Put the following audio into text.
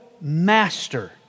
master